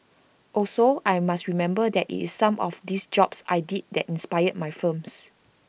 also I must remember that IT is some of these jobs I did that inspired my films